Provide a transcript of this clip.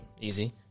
Easy